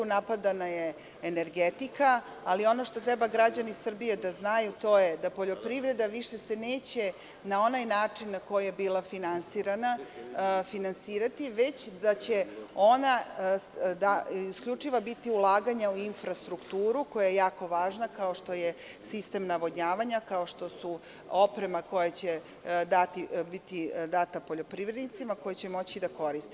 Napadana je energetika, ali ono što treba građani Srbije da znaju, to je da se poljoprivreda više neće, na onaj način na koji je bila finansirana, finansirati, već da će isključivo ulaganja biti u infrastrukturu, koja je jako važna, kao što je sistem navodnjavanja, kao što su oprema koja će biti data poljoprivrednicima, koji će moći da je koriste.